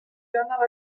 bernard